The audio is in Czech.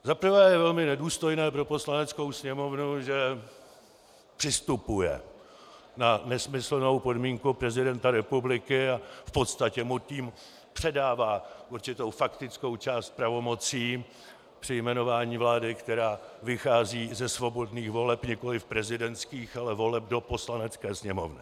Za prvé je velmi nedůstojné pro Poslaneckou sněmovnu, že přistupuje na nesmyslnou podmínku prezidenta republiky a v podstatě mu tím předává určitou faktickou část pravomocí při jmenování vlády, která vychází ze svobodných voleb nikoli prezidentských, ale voleb do Poslanecké sněmovny.